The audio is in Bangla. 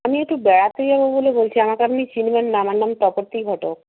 আমি একটু বেড়াতে যাব বলে বলছি আমাকে আপনি চিনবেন না আমার নাম তপতী ঘটক